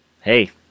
hey